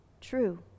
true